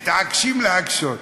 מתעקשים להקשות.